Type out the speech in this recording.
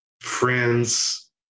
friends